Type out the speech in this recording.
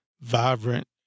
vibrant